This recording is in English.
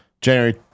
January